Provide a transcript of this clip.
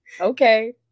okay